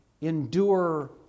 endure